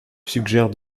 suggère